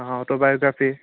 অঁ auto biography